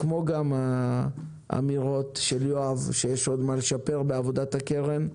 כמו גם האמירות של יואב שגיא שיש עוד מה לשפר בעבודת הקרן,